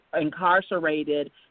incarcerated